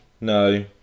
No